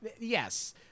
Yes